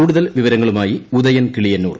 കൂടുതൽ വിവരങ്ങളുമായി ഉദയൻ കിളിയന്നൂർ